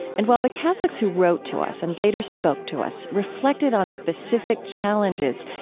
and while the catholics who wrote to us and later spoke to us reflected on specific challenges,